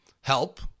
help